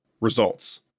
Results